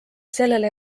sellele